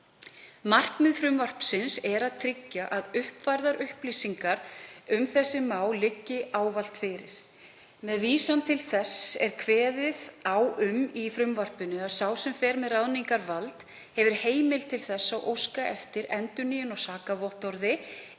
Markmið frumvarpsins er að tryggja að uppfærðar upplýsingar um þessi mál liggi ávallt fyrir. Með vísan til þess er kveðið á um í frumvarpinu að sá sem fer með ráðningarvald hafi heimild til að óska eftir endurnýjun á sakavottorði